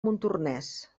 montornès